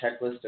checklist